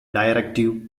directive